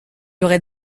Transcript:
aurait